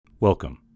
Welcome